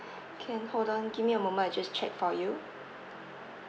can hold on give me a moment I just check for you